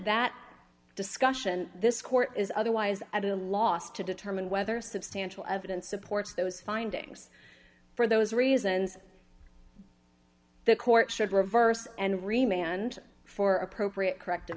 that discussion this court is otherwise at a loss to determine whether substantial evidence supports those findings for those reasons the court should reverse and remain and for appropriate corrective